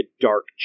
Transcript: dark